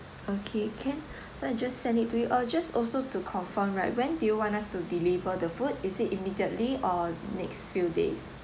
okay can so I just send it to you uh just also to confirm right when do you want us to deliver the food is it immediately or next few days